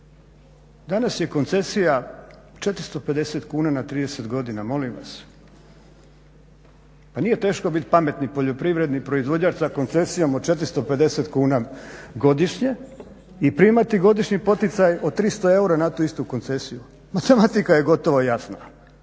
Danas je koncesija 450 kuna na 30 godina, molim vas. Pa nije teško bit pametni poljoprivredni proizvođač sa koncesijom od 450 kuna godišnje i primati godišnji poticaj od 300 eura na tu istu koncesiju. Matematika je gotovo jasna.